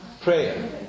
prayer